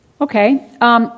Okay